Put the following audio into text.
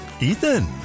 Ethan